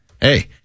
Hey